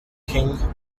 king